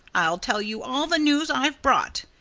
i'll tell you all the news i've brought.